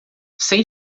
sem